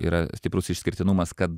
yra stiprus išskirtinumas kad